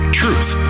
truth